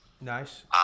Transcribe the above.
Nice